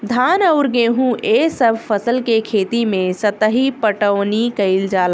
धान अउर गेंहू ए सभ फसल के खेती मे सतही पटवनी कइल जाला